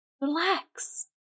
Relax